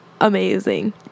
amazing